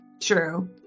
true